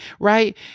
right